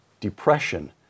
depression